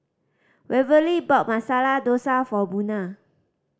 Waverly bought Masala Dosa for Buna